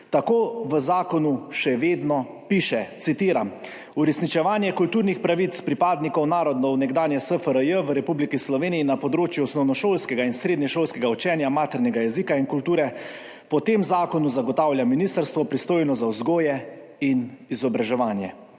Tako v zakonu še vedno piše, citiram: »Uresničevanje kulturnih pravic pripadnikov narodov nekdanje SFRJ v Republiki Sloveniji na področju osnovnošolskega in srednješolskega učenja maternega jezika in kulture po tem zakonu zagotavlja ministrstvo, pristojno za vzgojo in izobraževanje.«